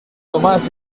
tomás